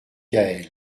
gaël